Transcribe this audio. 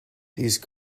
these